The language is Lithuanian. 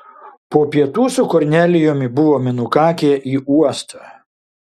po pietų su kornelijumi buvome nukakę į uostą